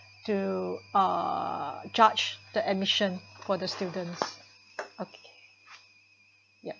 to uh judge the admission for the students okay ya